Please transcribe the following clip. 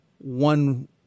one